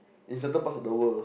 in certain parts of the world